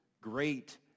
great